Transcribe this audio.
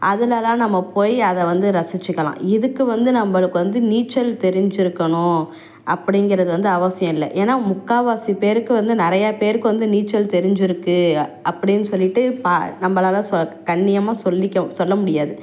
அதில் தான் நம்ம போய் அதை வந்து ரசிச்சுக்கலாம் இதுக்கு வந்து நம்மளுக்கு வந்து நீச்சல் தெரிஞ்சிருக்கணும் அப்படிங்கிறது வந்து அவசியம் இல்லை ஏன்னா முக்கால்வாசி பேருக்கு வந்து நிறையா பேருக்கு வந்து நீச்சல் தெரிஞ்சிருக்குது அப்படின்னு சொல்லிட்டு பா நம்மளால சொ கண்ணியமாக சொல்லிக்க சொல்ல முடியாது